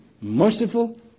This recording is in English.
merciful